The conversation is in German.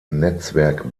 netzwerk